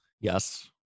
yes